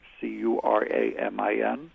C-U-R-A-M-I-N